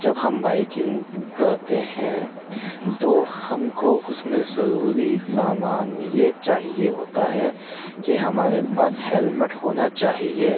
جب ہم بائیکنگ کرتے ہیں تو ہم کو اس میں ضروری سامان یہ چاہیے ہوتا ہے کہ ہمارے پاس ہیلمیٹ ہونا چاہیے